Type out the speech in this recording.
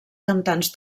cantants